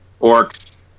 Orcs